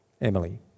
Emily